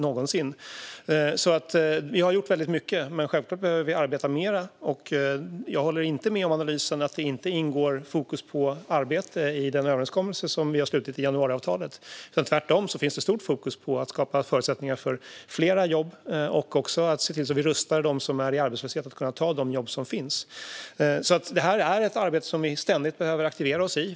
Vi har alltså gjort väldigt mycket, men självklart behöver vi arbeta mer. Jag håller inte med om analysen att det inte ingår fokus på arbete i den överenskommelse vi har slutit i januariavtalet. Tvärtom finns det stort fokus på att skapa förutsättningar för fler jobb och att också rusta dem som är i arbetslöshet att kunna ta de jobb som finns. Detta är ett arbete som vi ständigt behöver aktivera oss i.